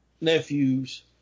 nephews